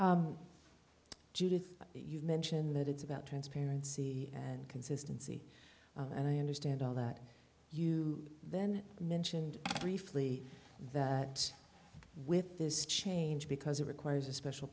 judith you mentioned that it's about transparency and consistency and i understand all that you then mentioned briefly that with this change because it requires a special